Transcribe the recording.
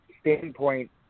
standpoint